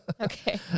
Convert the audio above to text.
Okay